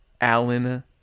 Allen